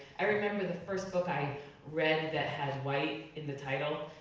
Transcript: i remember the first book i read that had white in the title.